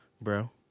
bro